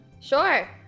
Sure